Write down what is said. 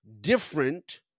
different